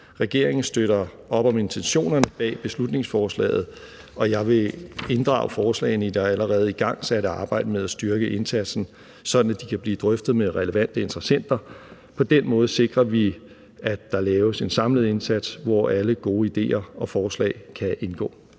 Regeringen støtter op om intentionerne bag beslutningsforslaget, og jeg vil inddrage forslagene i det allerede igangsatte arbejde med at styrke indsatsen, sådan at de kan blive drøftet med relevante interessenter. På den måde sikrer vi, at der laves en samlet indsats, hvor alle gode ideer og forslag kan indgå.